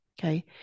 Okay